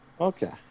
Okay